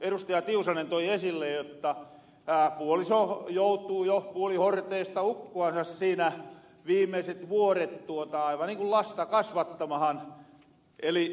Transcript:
tiusanen toi esille jotta puoliso joutuu jo puolihorteista ukkuansa siinä viimeset vuoret aivan niin ku lasta kasvattamahan eli viemähän rinnalla